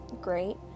great